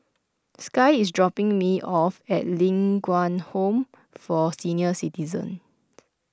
Sky is dropping me off at Ling Kwang Home for Senior Citizens